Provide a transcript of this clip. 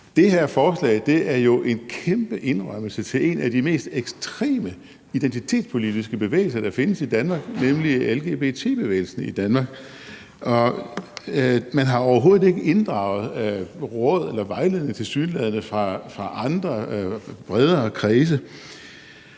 det. Det forslag er jo en kæmpe indrømmelse til en af de mest ekstreme identitetspolitiske bevægelser, der findes i Danmark, nemlig lgbt-bevægelsen i Danmark, og man har tilsyneladende overhovedet ikke inddraget råd eller vejledning fra andre bredere kredse.